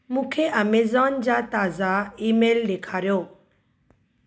मूंखे अमेज़ॉन जा ताज़ा ईमेल ॾेखारियो